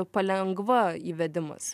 palengva įvedimas